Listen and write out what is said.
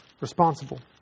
responsible